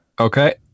Okay